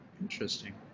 interesting